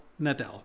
Nadal